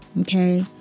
Okay